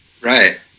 Right